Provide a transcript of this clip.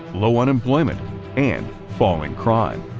low unemployment and falling crime.